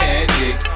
Magic